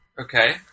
Okay